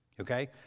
Okay